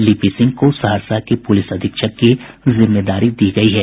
लिपि सिंह को सहरसा के पुलिस अधीक्षक की जिम्मेदारी दी गयी है